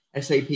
SAP